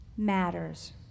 matters